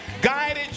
guided